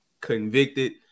convicted